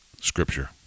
Scripture